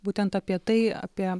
būtent apie tai apie